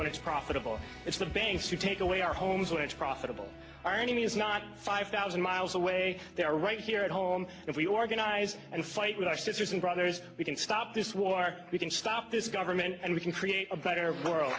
when it's profitable it's the banks who take away our homes when it's profitable our enemy is not five thousand miles away they are right here at home if we organize and fight with our sisters and brothers we can stop this war we can stop this government and we can create a better world